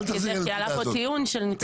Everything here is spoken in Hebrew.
כי עלה פה טיעון --- לא,